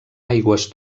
aigües